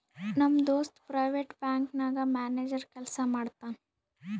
ನಮ್ ದೋಸ್ತ private bank ನಾಗ್ ಮ್ಯಾನೇಜರ್ ಕೆಲ್ಸಾ ಮಾಡ್ತಾನ್